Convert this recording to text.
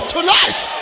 Tonight